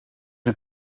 een